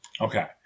Okay